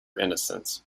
innocence